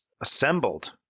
assembled